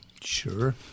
Sure